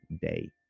day